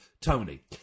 Tony